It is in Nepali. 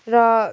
र